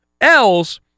else